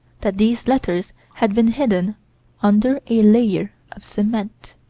that these letters had been hidden under a layer of cement.